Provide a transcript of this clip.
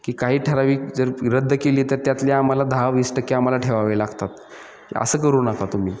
की काही ठरावीक जर रद्द केली तर त्यातल्या आम्हाला दहा वीस टक्के आम्हाला ठेवावे लागतात असं करू नका तुम्ही